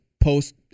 post